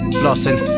flossing